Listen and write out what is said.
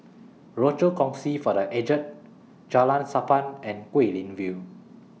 Rochor Kongsi For The Aged Jalan Sappan and Guilin View